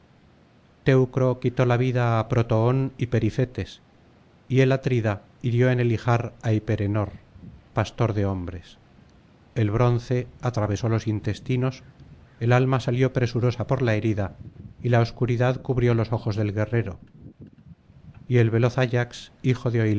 quitó la vida á protoón y perifetes y el atrida hirió en el ijar á hiperenor pastor de hombres el bronce atravesó los intestinos el alma salió presurosa por la herida y la obscuridad cubrió los ojos del guerrero y el veloz ayax hijo de